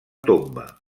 tomba